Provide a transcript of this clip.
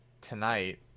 tonight